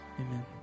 Amen